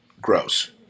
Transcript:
gross